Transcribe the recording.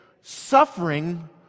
suffering